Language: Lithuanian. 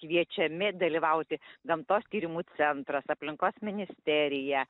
kviečiami dalyvauti gamtos tyrimų centras aplinkos ministerija